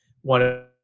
one